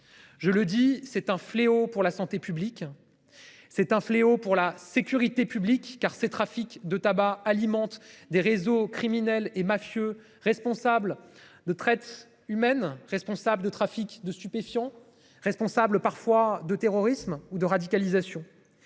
Je le dis, c'est un fléau pour la santé publique. C'est un fléau pour la sécurité publique car ces trafics de tabac alimentent des réseaux criminels et mafieux responsable de traite humaine responsable de trafic de stupéfiants responsables parfois de terrorisme ou de radicalisation.